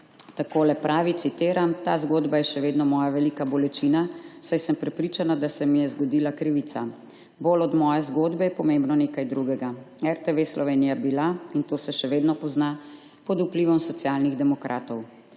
Takole pravi, citiram: »Ta zgodba je še vedno moja velika bolečina, saj sem prepričana, da se mi je zgodila krivica. Bolj od moje zgodbe je pomembno nekaj drugega. RTV Slovenija je bila, in to se še vedno pozna, pod vplivom Socialnih demokratov.